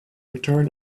return